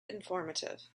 informative